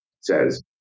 says